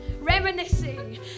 reminiscing